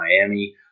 Miami